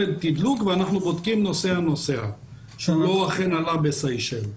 לתדלוק ואנחנו בודקים נוסע-נוסע שאכן לא עבר בסיישל.